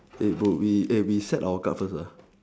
hey bro we eh we set our guard first lah